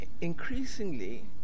increasingly